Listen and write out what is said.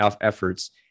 efforts